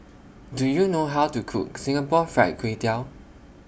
Do YOU know How to Cook Singapore Fried Kway Tiao